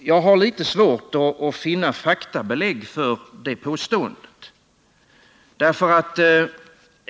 Jag har litet svårt att finna faktabelägg för det här påståendet.